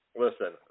Listen